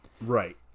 Right